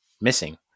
missing